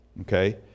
Okay